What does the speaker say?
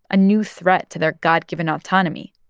a new threat to their god-given autonomy.